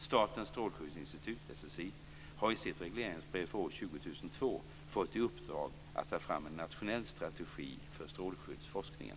Statens strålskyddsinstitut, SSI, har i sitt regleringsbrev för år 2002 fått i uppdrag att ta fram en nationell strategi för strålskyddsforskningen.